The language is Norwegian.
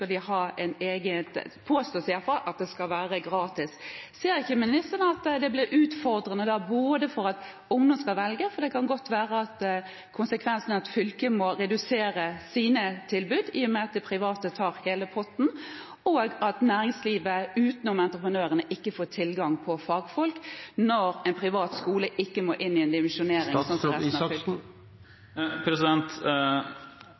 påstås i alle fall at det skal være det. Ser ikke ministeren at det blir utfordrende, både fordi ungdommen skal velge, for konsekvensen kan godt bli at fylket må redusere sine tilbud, i og med at de private tar hele potten, og fordi næringslivet – utenom entreprenørene – ikke får tilgang på fagfolk når en privat skole ikke må dimensjonere, slik som en